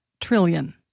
trillion